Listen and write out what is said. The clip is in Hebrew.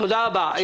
תודה רבה.